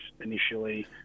initially